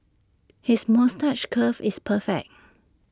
his moustache curl is perfect